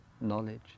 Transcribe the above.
knowledge